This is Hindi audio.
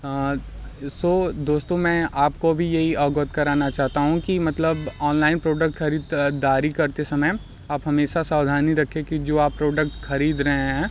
सो दोस्तों मैं आपको भी यही अवगत कराना चाहता हूँ कि मतलब ऑनलाइन प्रोडक्ट खरीदारी करते समय आप हमेशा सावधानी रखें कि जो आप प्रोडक्ट खरीद रहे हैं